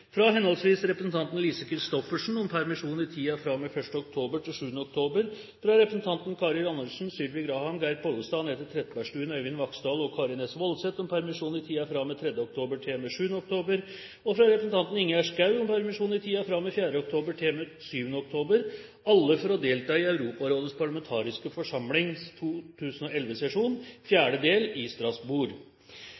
– fra representanten Lise Christoffersen om permisjon i tiden fra og med 1. oktober til og med 7. oktober, fra representantene Karin Andersen, Sylvi Graham, Geir Pollestad, Anette Trettebergstuen, Øyvind Vaksdal og Karin S. Woldseth om permisjon i tiden fra og med 3. oktober til og med 7. oktober og fra representanten Ingjerd Schou om permisjon i tiden fra og med 4. oktober til og med 7. oktober – alle for å delta i Europarådets parlamentariske forsamlings